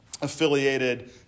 affiliated